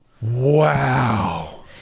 Wow